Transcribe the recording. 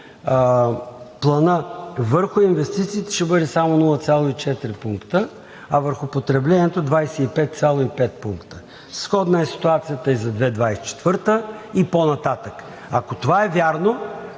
Плана върху инвестициите ще бъде само 0,4 пункта, а върху потреблението – 25,5 пункта. Сходна е ситуацията и за 2024 г. и по-нататък. Ако това е вярно,